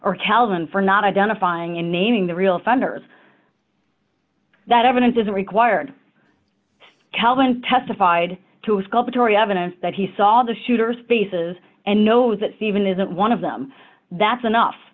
calvin for not identifying and naming the real funders that evidence is required calvin testified to scupper tory evidence that he saw the shooter's faces and knows that even isn't one of them that's enough